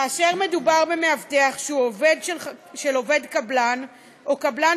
כאשר מדובר במאבטח שהוא עובד של קבלן או קבלן